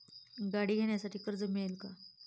गाडी घेण्यासाठी कर्ज मिळेल का?